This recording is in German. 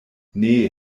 nee